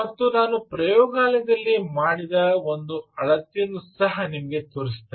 ಮತ್ತು ನಾನು ಪ್ರಯೋಗಾಲಯದಲ್ಲಿ ಮಾಡಿದ ಒಂದು ಅಳತೆಯನ್ನು ಸಹ ನಿಮಗೆ ತೋರಿಸುತ್ತೇನೆ